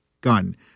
gun